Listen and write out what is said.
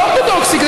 לא אורתודוקסי,